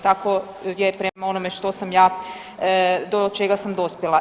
Tako je prema onome što sam ja, do čega sam dospjela.